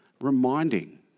reminding